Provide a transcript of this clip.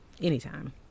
anytime